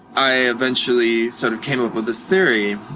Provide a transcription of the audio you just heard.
i eventually sort of came up with this theory,